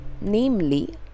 namely